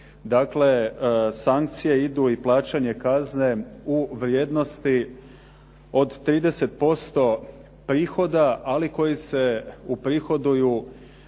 dakle sankcije idu i plaćanje kazne u vrijednosti od 30% prihoda ali koji se uprihoduju